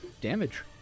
damage